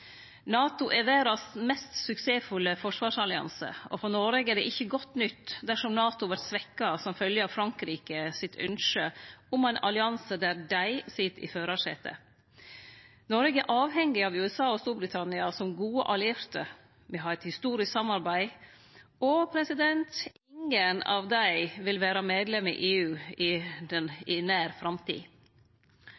NATO er den mest suksessfulle forsvarsalliansen i verda, og for Noreg er det ikkje godt nytt dersom NATO vert svekt som fylgje av Frankrikes ynskje om ein allianse der dei sit i førarsetet. Noreg er avhengig av USA og Storbritannia som gode allierte. Vi har eit historisk samarbeid, og ingen av dei vil vere medlemer i EU i